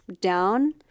down